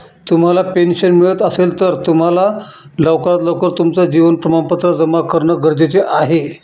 तुम्हाला पेन्शन मिळत असेल, तर तुम्हाला लवकरात लवकर तुमचं जीवन प्रमाणपत्र जमा करणं गरजेचे आहे